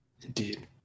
Indeed